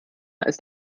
ist